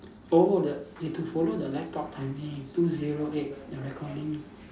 oh the we have to follow the laptop timing two zero eight the recording